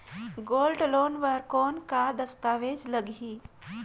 Gold loan बर कौन का दस्तावेज लगही?